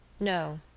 no,